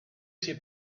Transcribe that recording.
ces